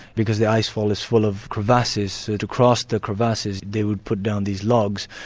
because the ice wall is full of crevasses, so to cross the crevasses they would put down these logs.